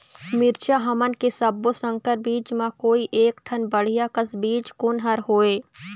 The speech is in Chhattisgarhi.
मिरचा हमन के सब्बो संकर बीज म कोई एक ठन बढ़िया कस बीज कोन हर होए?